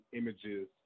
images